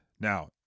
Now